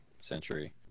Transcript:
century